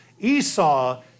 Esau